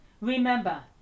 Remember